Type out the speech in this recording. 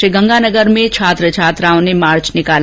श्रीगंगानगर में छात्र छात्राओं ने मार्च निकाला